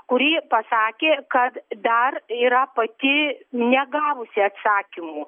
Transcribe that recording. kuri pasakė kad dar yra pati negavusi atsakymų